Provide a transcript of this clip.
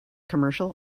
commercial